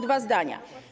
Dwa zdania.